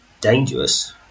dangerous